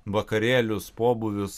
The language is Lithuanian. vakarėlius pobūvius